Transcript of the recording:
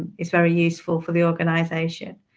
it's very useful for the organization.